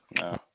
No